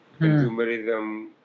consumerism